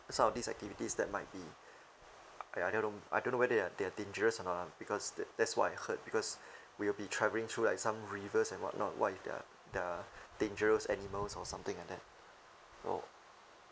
some of these activities that might be I I don't know I don't know whether they are they are dangerous or not ah because that that's what I heard because we'll be travelling through like some rivers and whatnot what if there are there are dangerous animals or something like that so